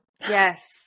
yes